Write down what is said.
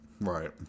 Right